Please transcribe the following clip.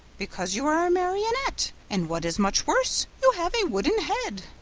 because you are a marionette and, what is much worse, you have a wooden head.